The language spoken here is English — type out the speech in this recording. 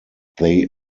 they